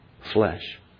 flesh